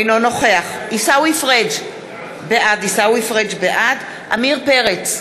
אינו נוכח עיסאווי פריג' בעד עמיר פרץ,